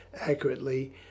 accurately